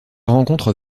rencontre